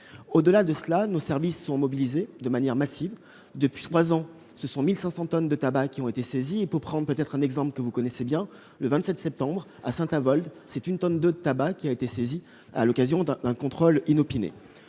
Au-delà, nos services sont mobilisés de manière massive. Depuis trois ans, 1 500 tonnes de tabac ont été saisies. Pour prendre un exemple que vous connaissez bien, le 27 septembre dernier, à Saint-Avold, c'est 1,2 tonne de tabac qui a été saisie à l'occasion d'un contrôle inopiné.